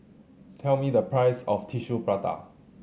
tell me the price of Tissue Prata